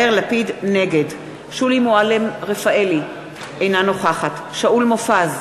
נגד שולי מועלם-רפאלי, אינה נוכחת שאול מופז,